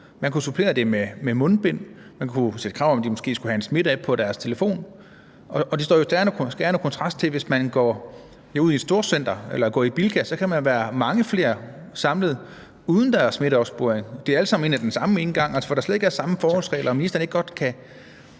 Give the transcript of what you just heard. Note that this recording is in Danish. Man kunne supplere det med mundbind. Man kunne sætte krav om, at de måske skulle have en smittestopapp på deres telefon. Det står jo i skærende kontrast til, hvis man går ud i et storcenter eller går i Bilka. Så kan man være mange flere samlet, uden at der er smitteopsporing. Alle kommer ind ad den samme indgang, og der er slet ikke samme forholdsregler. Kan ministeren ikke godt se,